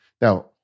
Now